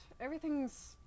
Everything's